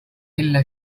إلا